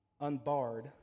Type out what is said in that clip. unbarred